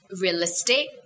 realistic